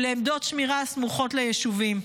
ולעמדות שמירה הסמוכות ליישובים.